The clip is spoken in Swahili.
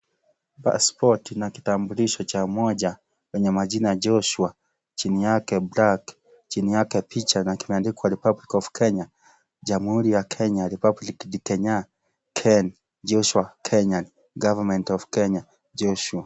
Passport na kitambulisho cha moja yenye majina Joshua chini yake black chini yake picha na imeandikwa Republic of Kenya. Jamhuri ya Kenya. Joshua. Kenya. [Government of Kenya. Joshua.